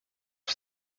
for